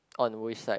on which side